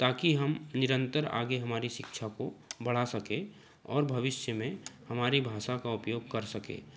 ताकि हम निरंतर आगे हमारी शिक्षा को बढ़ा सकें और भविष्य में हमारी भाषा का उपयोग कर सकें